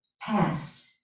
Past